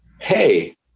Hey